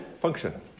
function